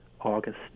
August